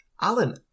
Alan